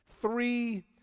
Three